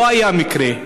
לא היה מקרה.